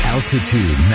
Altitude